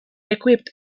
equipped